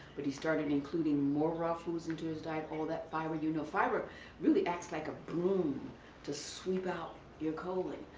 but he started including more raw foods into his diet, all that fibre, you know, fibre really acts like a broom to sweep out your colon.